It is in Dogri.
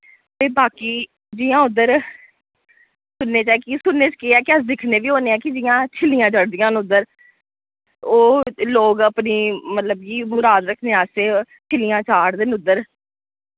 ते बाकि जि'यां उद्दर सुनने च ऐ कि सुनने च केह् ऐ कि अस दिक्खने वि होन्ने ऐ कि जि'यां छिल्लियां चढ़दियां न उद्दर ओह् लोक अपनी मतलब कि मुराद रक्खने आस्तै छिल्लियां चाढ़दे न उद्दर